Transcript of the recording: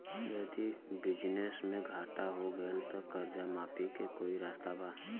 यदि बिजनेस मे घाटा हो गएल त कर्जा माफी के कोई रास्ता बा?